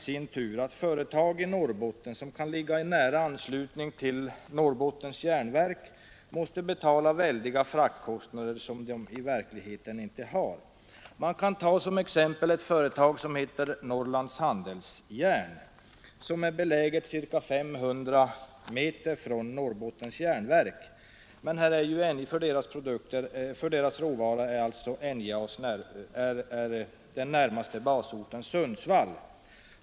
Jo, att företag i Norrbotten, som kan ligga i nära anslutning till Norrbotten Järnverk, måste betala väldiga fraktkostnader som de i verkligheten inte har. Man kan som exempel ta ett företag som heter Norrlands Handelsjärn. Det är beläget ca 500 m från Norrbottens Järnverk, men NJA:s närmaste basort är Sundsvall.